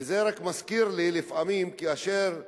וזה רק מזכיר לי, לפעמים, כאשר עובד,